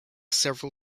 several